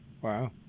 Wow